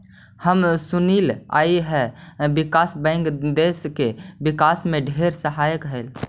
हम सुनलिअई हे विकास बैंक देस के विकास में ढेर सहायक हई